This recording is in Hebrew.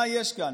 מה יש כאן?